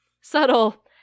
Subtle